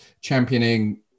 championing